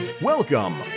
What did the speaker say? Welcome